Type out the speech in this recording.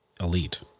elite